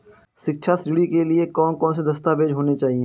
शिक्षा ऋण के लिए कौन कौन से दस्तावेज होने चाहिए?